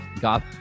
God